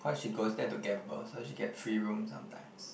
cause she goes there to gamble so she get free room sometimes